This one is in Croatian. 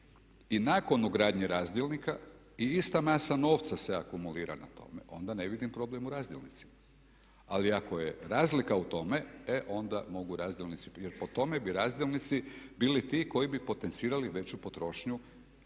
i nakon ugradnje razdjelnika i ista masa novca se akumulira na tome onda ne vidim problem u razdjelnicima. Ali ako je razlika u tome e onda mogu razdjelnici, jer po tome bi razdjelnici bili ti koji bi potencirali veću potrošnju